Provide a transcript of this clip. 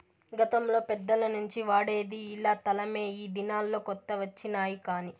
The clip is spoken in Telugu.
గతంలో పెద్దల నుంచి వాడేది ఇలా తలమే ఈ దినాల్లో కొత్త వచ్చినాయి కానీ